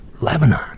lebanon